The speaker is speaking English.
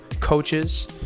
coaches